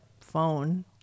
phone